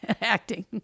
acting